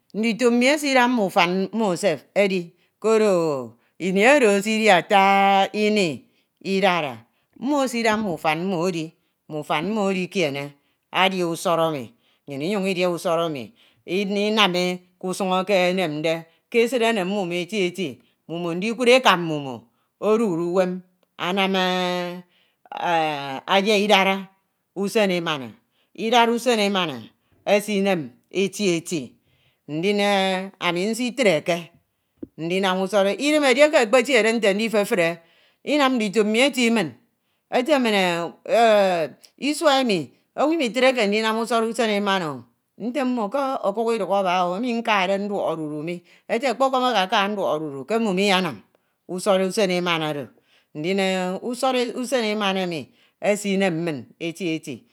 ndito mmi esida mme ufam mmo ese edi koro ini oro esidi ata- a- a ini idara mmo esida mme ufan mmo edi. Mme ufan mmo edikiene adia usoro emi, nnyin inyun idia usoro emi inam~e ke usun eke enemde. Mmo ete ke esid enem mmimo eti eti mmimo ndikud eka mmimo edude uwem anana adia idara. usen emana. Idara usen emana esinem eti eti. Ndin ami nsitreke ndinsim usoro. idem edieke ekpetiede nte ndifefre inam ndito mmi eti mmi ete min isua emi owu imetrek ndinam usọrọ usen emana mmo fin. Nte mmo ke okuk idukho aba- o. akpan akpan emu okaka nduok odudu mi. ete ọkpọm akaka nduok odudu ke mmimo iyensim usoro usen emans oro. Usọrọ usen emi esinem min eti eti.